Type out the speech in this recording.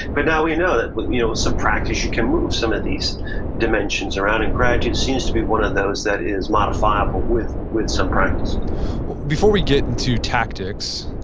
but now, we know that with you know some practice, you can move some of these dimensions around, and gratitude seems to be one of those that is modifiable with with some practice before we get into tactics,